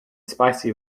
spicy